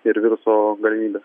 ir viruso galimybės